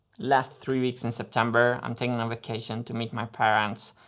last three weeks in september i'm taking a vacation to meet my parents.